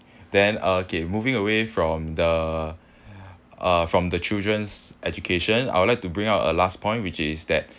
then okay moving away from the uh from the children's education I would like to bring out our last point which is that